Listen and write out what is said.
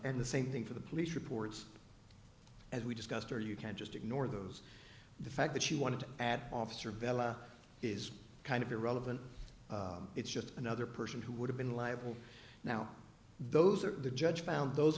and the same thing for the police reports as we discussed or you can just ignore those the fact that she wanted to add officer bella is kind of irrelevant it's just another person who would have been liable now those are the judge found those